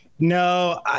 No